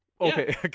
Okay